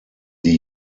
die